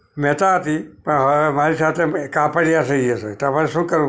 મહેતા હતી પણ હવે મારી સાથે કાપડિયા થઇ જશે તો હવે શું કરું